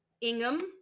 Ingham